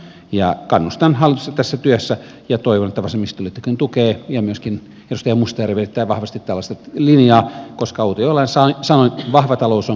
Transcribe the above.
kannustan hallitusta tässä työssä ja toivon että vasemmistoliittokin tukee ja myöskin edustaja mustajärvi erittäin vahvasti tällaista linjaa koska outi ojalan sanoin vahva talous on köyhän paras ystävä